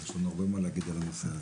יש לנו הרבה מאוד מה להגיד בנושא הזה.